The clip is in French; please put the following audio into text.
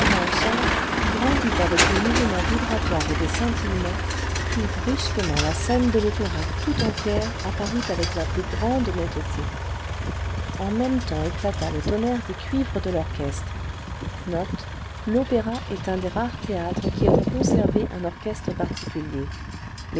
au centre grandit avec des mouvements vibratoires et des scintillements puis brusquement la scène de l'opéra tout entière apparut avec la plus grande netteté en même temps éclata le tonnerre des cuivres de l'orchestre les trombones les